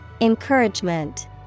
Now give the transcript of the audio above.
Encouragement